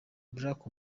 barack